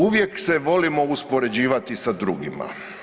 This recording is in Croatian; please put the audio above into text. Uvijek se volimo uspoređivati sa drugima.